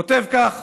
כתוב כך